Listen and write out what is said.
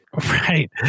Right